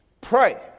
Pray